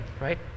right